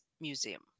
Museum